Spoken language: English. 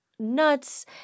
nuts